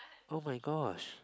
oh-my-gosh